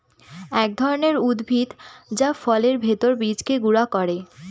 এক ধরনের উদ্ভিদ যা ফলের ভেতর বীজকে গুঁড়া করে